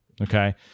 okay